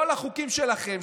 כל החוקים שלכם,